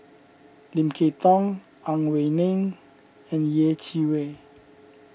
Lim Kay Tong Ang Wei Neng and Yeh Chi Wei